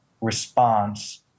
response